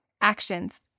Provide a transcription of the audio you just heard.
Actions